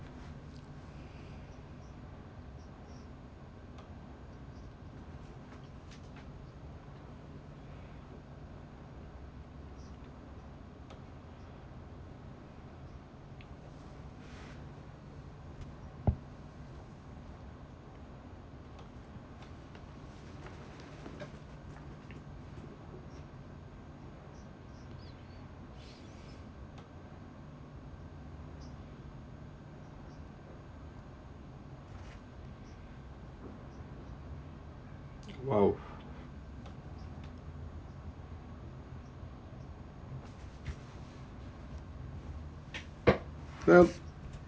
!wow! yup